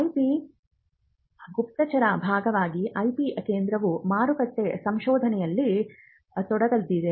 IP ಗುಪ್ತಚರ ಭಾಗವಾಗಿ IP ಕೇಂದ್ರವು ಮಾರುಕಟ್ಟೆ ಸಂಶೋಧನೆಯಲ್ಲಿ ತೊಡಗಲಿದೆ